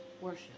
worship